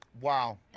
wow